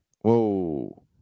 Whoa